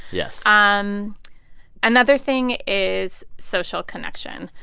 yes ah um another thing is social connection.